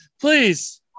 Please